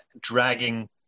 dragging